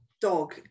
dog